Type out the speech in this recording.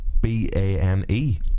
B-A-N-E